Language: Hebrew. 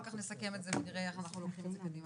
אחר כך נסכם את זה ונראה איך אנחנו לוקחים את זה קדימה.